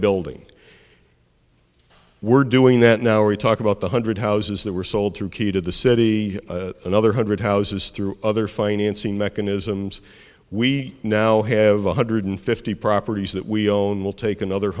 building we're doing that now we talk about one hundred houses that were sold to key to the city another hundred houses through other financing mechanisms we now have one hundred fifty properties that we own will take another